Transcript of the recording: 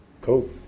Cool